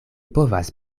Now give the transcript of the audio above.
povas